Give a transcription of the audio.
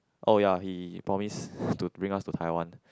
oh ya he promise to bring us to Taiwan